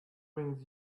brings